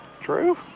True